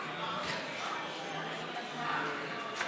אני קובעת